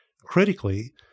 Critically